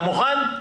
אתה מוכן?